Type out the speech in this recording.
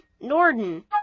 Norden